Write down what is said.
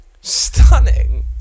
Stunning